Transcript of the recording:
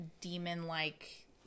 demon-like